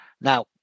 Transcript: Now